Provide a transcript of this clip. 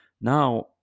now